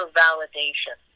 validation